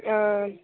ஆ